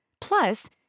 Plus